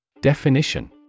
Definition